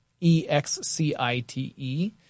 E-X-C-I-T-E